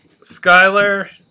Skyler